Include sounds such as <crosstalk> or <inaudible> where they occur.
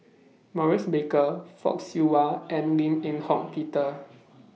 Maurice Baker Fock Siew Wah <noise> and Lim Eng Home Peter <noise>